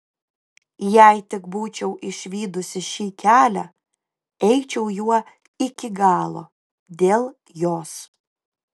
jei tik būčiau išvydusi šį kelią eičiau juo iki galo dėl jos